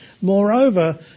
Moreover